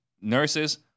Nurses